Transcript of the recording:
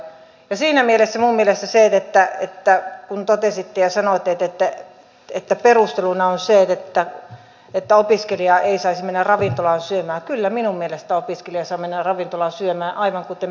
siinä mielessä kun totesitte ja sanoitte että perusteluna on se että opiskelija ei saisi mennä ravintolaan syömään minun mielestäni opiskelija kyllä saa mennä ravintolaan syömään aivan kuten me kaikki muutkin